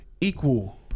equal